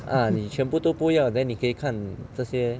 ah 你全部都不要 then 你可以看这些